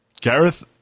gareth